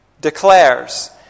declares